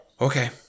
Okay